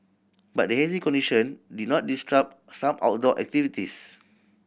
but the hazy condition did not disrupt some outdoor activities